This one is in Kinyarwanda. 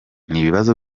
n’ibibazo